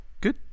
Good